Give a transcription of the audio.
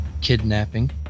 kidnapping